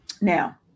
Now